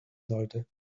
sollte